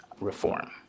reform